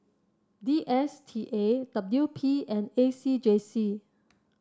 D S T A W P and A C J C